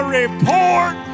report